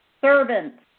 servants